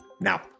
Now